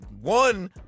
one